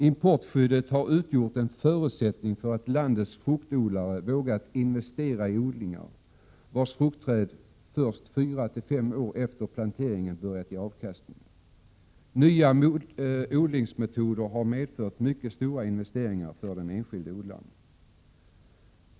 Importskyddet har utgjort en förutsättning för att landets fruktodlare vågat investera i odlingar, vilkas fruktträd först fyra fem år efter plantering börjat ge avkastning. Nya odlingsmetoder har medfört mycket stora investeringar för den enskilde odlaren.